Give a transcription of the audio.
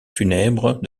funèbre